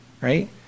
right